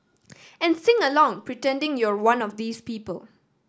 and sing along pretending you're one of these people